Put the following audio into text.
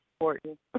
important